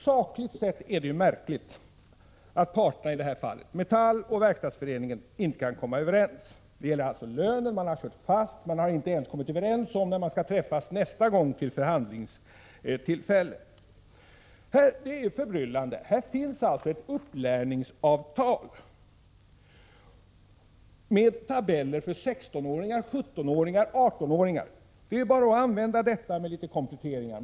Sakligt sett är det märkligt att parterna, i det här fallet Metall och Verkstadsföreningen, inte kan komma överens. Det gäller alltså lönen. Man har kört fast och inte ens kommit överens om när man skall träffas för nästa förhandlingstillfälle. Det är förbryllande. Här finns alltså ett upplärningsavtal med tabeller för 16-, 17 och 18-åringar. Det är bara att använda detta med litet kompletteringar.